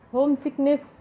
Homesickness